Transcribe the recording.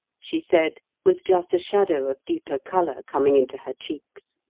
she said, with just a shadow of deeper colour coming into her cheeks.